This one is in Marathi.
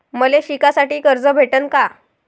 मले शिकासाठी कर्ज भेटन का?